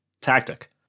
tactic